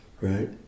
right